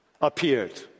appeared